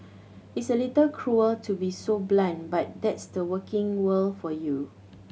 it's a little cruel to be so blunt but that's the working world for you